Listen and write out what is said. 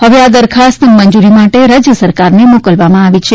હવે આ દરખાસ્ત મંજૂરી માટે રાજ્ય સરકારને મોકલવામાં આવી છે